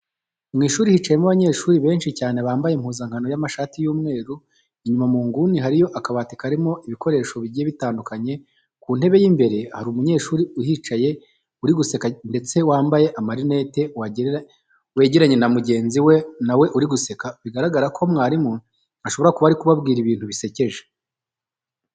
Mu ishuri hicayemo abanyeshuri benshi cyane bambaye impuzankano y'amashati y'umweru. Inyuma mu nguni hariyo akabati babikamo ibikoresho bigiye bitandukanye. Ku ntebe y'imbere hari umunyeshuri uhicaye uri guseka ndetse wambaye amarinete wegeranye na mugenzi we na we uri guseka, bigaragara ko mwarimu ashobora kuba ari kubabwira ibintu bisekeje.